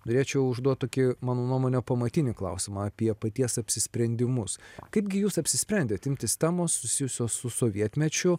norėčiau užduot tokį mano nuomone pamatinį klausimą apie paties apsisprendimus kaipgi jūs apsisprendėe imtis temos susijusios su sovietmečiu